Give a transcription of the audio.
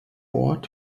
ort